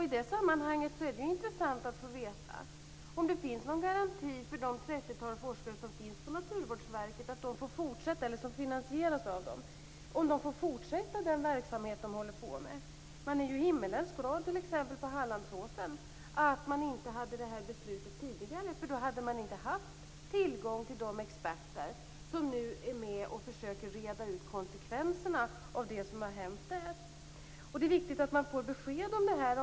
I det sammanhanget är det intressant att få veta om det finns någon garanti för att det trettiotal forskare som finns på, eller finansieras av, Naturvårdsverket får fortsätta den verksamhet de håller på med. Man är ju himmelens glad t.ex. på Hallandsåsen att man inte fattade det här beslutet tidigare. Då hade man inte haft tillgång till de experter som nu är med och försöker reda ut konsekvenserna av det som har hänt där. Det är viktigt att man får besked om det här.